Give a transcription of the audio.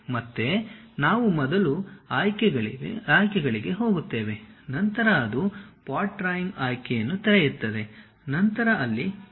ಮತ್ತೆ ನಾವು ಮೊದಲು ಆಯ್ಕೆಗಳಿಗೆ ಹೋಗುತ್ತೇವೆ ನಂತರ ಅದು ಪಾರ್ಟ್ ಡ್ರಾಯಿಂಗ್ ಆಯ್ಕೆಯೆನ್ನು ತೆರೆಯುತ್ತದೆ ನಂತರ ಅಲ್ಲಿ ಕ್ಲಿಕ್ ಮಾಡಿ